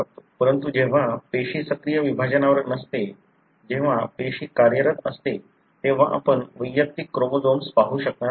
परंतु जेव्हा पेशी सक्रिय विभाजनावर नसते जेव्हा पेशी कार्यरत असते तेव्हा आपण वैयक्तिक क्रोमोझोम्स पाहू शकणार नाही